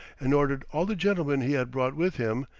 and ordered all the gentlemen he had brought with him,